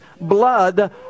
blood